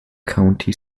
county